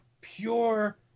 pure